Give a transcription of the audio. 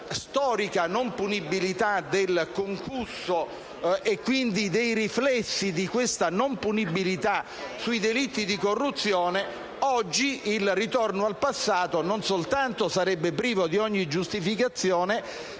storica non punibilità del concusso e quindi dei riflessi di questa non punibilità sui delitti di corruzione, oggi il ritorno al passato non soltanto sarebbe privo di ogni giustificazione,